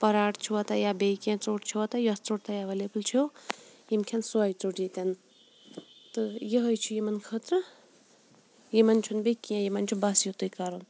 پَراٹ چھِوا تۄہہِ یا بیٚیہِ کینٛہہ ژوٚٹ چھوا تۄہہِ یۄس ژوٚٹ تۄہہِ ایویلیٚبٕل چھو یِم کھیٚن سۄے ژوٚٹ ییٚتٮ۪ن تہٕ یِہے چھِ یِمَن خٲطرٕ یِمَن چھُنہٕ بیٚیہِ کینٛہہ یِمَن چھُ بَس یُتے کَرُن